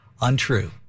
untrue